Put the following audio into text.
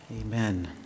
Amen